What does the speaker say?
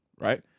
right